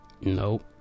Nope